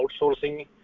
outsourcing